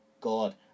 God